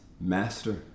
Master